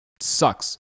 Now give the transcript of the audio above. sucks